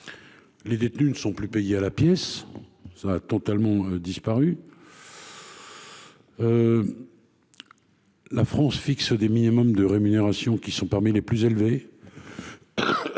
Ils ne sont plus payés à la pièce : la pratique a totalement disparu. La France fixe des minimums de rémunération qui sont parmi les plus élevés